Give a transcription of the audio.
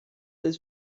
his